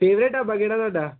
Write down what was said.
favourite dhaba ਕਿਹੜਾ ਤੁਹਾਡਾ